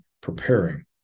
preparing